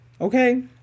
okay